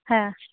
হ্যাঁ